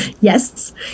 Yes